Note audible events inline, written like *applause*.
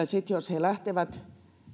*unintelligible* sitten jos he lähtevät